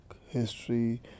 history